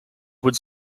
would